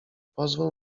pozwól